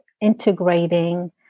integrating